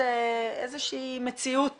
איזו שהיא מציאות